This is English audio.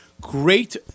great